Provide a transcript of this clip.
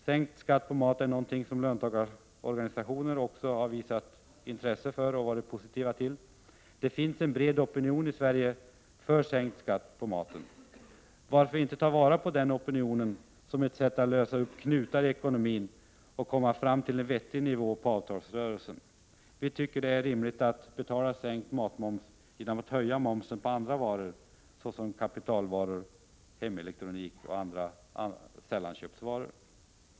Sänkt skatt på maten är någonting som löntagarorganisationerna har visat intresse för och varit positiva till. Det finns en bred opinion i Sverige för sänkt skatt på maten. Varför inte ta vara på den opinionen som ett sätt att lösa upp knutar i ekonomin och komma fram till en vettig nivå på avtalsrörelsen? Vi tycker att det är rimligt att betala sänkt matmoms genom att höja momsen på andra varor, såsom kapitalvaror, hemelektronik och andra sällanköpsvaror.